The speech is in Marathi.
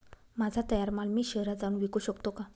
माझा तयार माल मी शहरात जाऊन विकू शकतो का?